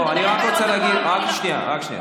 רק שנייה.